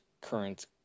current